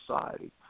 society